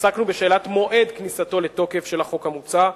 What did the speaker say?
עסקנו בשאלת מועד כניסתו לתוקף של החוק המוצע.